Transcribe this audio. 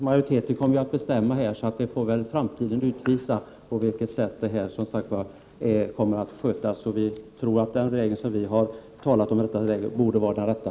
Herr talman! Det är ju utskottsmajoriteten som kommer att bestämma, så framtiden får utvisa hur det blir. Men den väg som vi talar för borde vara den rätta.